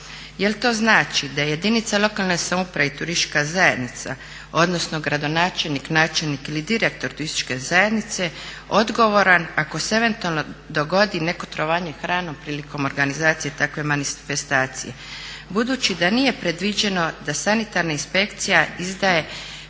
Jel' to znači da jedinica lokalne samouprave i turistička zajednica, odnosno gradonačelnik, načelnik ili direktor turističke zajednice odgovoran ako se eventualno dogodi neko otrovanje hranom prilikom organizacije takve manifestacije. Budući da nije predviđeno da sanitarna inspekcija izdaje